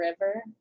River